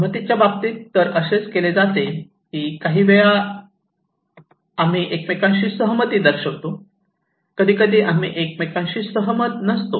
संमतीच्या बाबतीत असेच केले जाते की काही वेळा आम्ही एकमेकांशी सहमती दर्शवितो कधीकधी आम्ही एकमेकाशी सहमत नसतो